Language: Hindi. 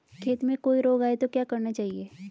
खेत में कोई रोग आये तो क्या करना चाहिए?